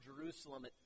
Jerusalem